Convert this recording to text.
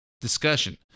discussion